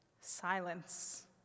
silence